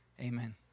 Amen